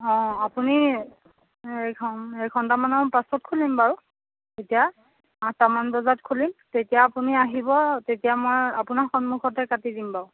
অঁ আপুনি এঘ এঘণ্টামানৰ পিছত খুলিম বাৰু এতিয়া আঠটামান বজাত খুলিম তেতিয়া আপুনি আহিব তেতিয়া মই আপোনাৰ সন্মুখতে কাটি দিম বাৰু